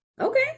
Okay